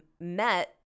met